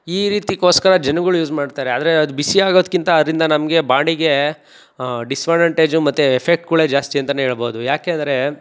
ಈ ರೀತಿಗೋಸ್ಕರ ಜನಗಳು ಯೂಸ್ ಮಾಡ್ತಾರೆ ಆದರೆ ಅದು ಬಿಸಿಯಾಗೋದ್ಕಿಂತ ಅದ್ರಿಂದ ನಮ್ಗೆ ಬಾಡಿಗೆ ಡಿಸ್ಅಡ್ವಾಂಟೇಜು ಮತ್ತು ಎಫೆಕ್ಟ್ಗಳೇ ಜಾಸ್ತಿ ಅಂತ ಹೇಳ್ಬೌದು ಯಾಕೆ ಅಂದರೆ